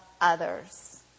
others